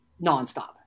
nonstop